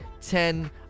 ten